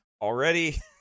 Already